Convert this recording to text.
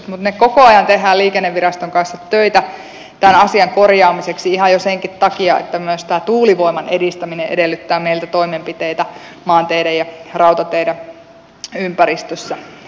mutta me koko ajan teemme liikenneviraston kanssa töitä tämän asian korjaamiseksi ihan jo senkin takia että myös tuulivoiman edistäminen edellyttää meiltä toimenpiteitä maanteiden ja rautateiden ympäristössä